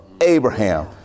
Abraham